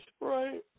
Right